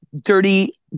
dirty